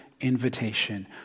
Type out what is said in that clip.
invitation